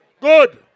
Good